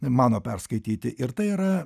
mano perskaityti ir tai yra